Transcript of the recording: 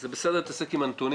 זה בסדר להתעסק עם הנתונים,